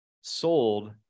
sold